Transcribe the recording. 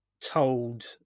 told